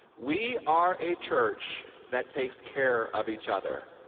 we are a church that takes care of each other.